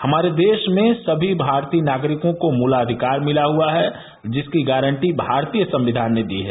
हमारे देश में सभी भारतीय नागरिकों को मुलाधिकार मिला हुआ है जिसकी गारन्दी भारतीय संविधान ने दी है